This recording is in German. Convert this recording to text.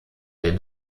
den